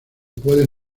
puede